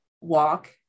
walk